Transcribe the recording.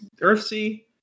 Earthsea